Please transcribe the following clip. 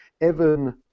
Evan